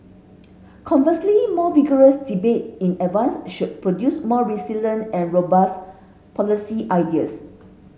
conversely more vigorous debate in advance should produce more resilient and robust policy ideas